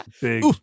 big